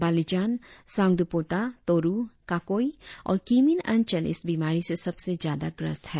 बालिजान सांगड्रपोता तोरु काकोई और किमिन अंचल इस बीमारी से सबसे ज्यादा ग्रस्त है